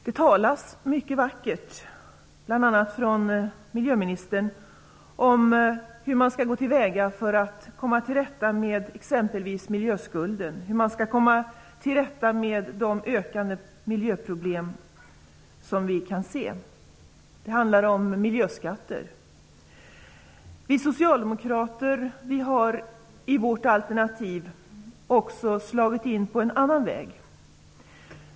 Det talas mycket vackert, bl.a. från miljöministern, om hur man skall gå till väga för att komma till rätta med exempelvis miljöskulden och med de ökande miljöproblem som vi kan se. Det handlar om miljöskatter. Vi socialdemokrater har i vårt alternativ slagit in på en annan väg.